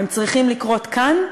הם צריכים לקרות כאן,